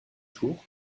tour